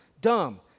dumb